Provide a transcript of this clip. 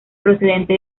procedente